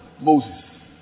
Moses